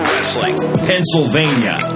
Pennsylvania